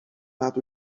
nad